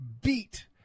beat